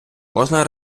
можна